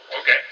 okay